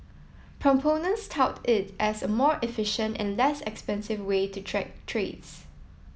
proponents tout it as a more efficient and less expensive way to track trades